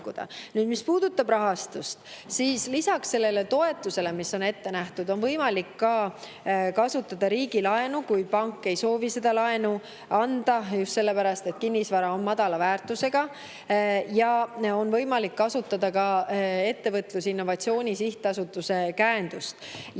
Mis puudutab rahastust, siis lisaks sellele toetusele, mis on ette nähtud, on võimalik kasutada riigilaenu, kui pank ei soovi laenu anda just sellepärast, et kinnisvara on madala väärtusega. Ja on võimalik kasutada ka Ettevõtluse ja Innovatsiooni Sihtasutuse käendust.